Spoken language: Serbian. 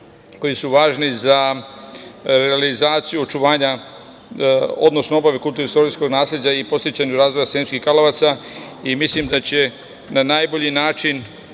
koji su važni za realizaciju očuvanja, odnosno obnovu kulturno-istorijskog nasleđa i podsticanje razvoja Sremskih Karlovaca. Mislim da će na najbolji način